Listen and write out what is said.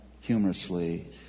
humorously